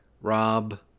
Rob